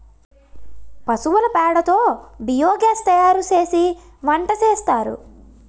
పశువుల పేడ తో బియోగాస్ తయారుసేసి వంటసేస్తారు